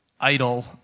idol